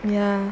ya